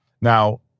Now